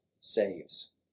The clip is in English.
saves